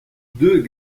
deux